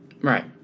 Right